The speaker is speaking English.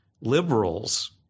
liberals